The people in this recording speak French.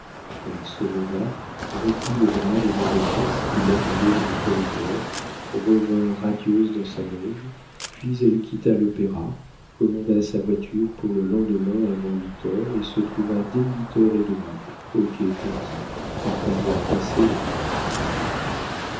elle se leva reprit le bras de vandenesse qui l'attendait dans le corridor revint radieuse dans sa loge puis elle quitta l'opéra commanda sa voiture pour le lendemain avant huit heures et se trouva dès huit heures et demie au quai conti après avoir passé rue du mail